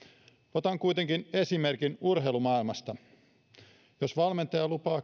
hyviltä otan kuitenkin esimerkin urheilumaailmasta jos valmentaja lupaa